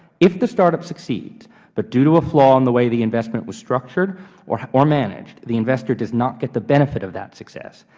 if the startup succeeds but due to a flaw in the way the investment was structured or or managed the investor does not get the benefit of that success,